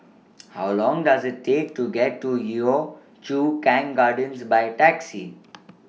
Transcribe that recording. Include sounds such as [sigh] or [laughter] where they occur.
[noise] How Long Does IT Take to get to Yio Chu Kang Gardens By Taxi